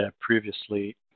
previously